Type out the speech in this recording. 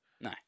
No